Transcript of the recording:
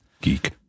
geek